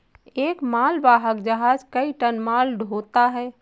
एक मालवाहक जहाज कई टन माल ढ़ोता है